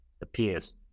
appears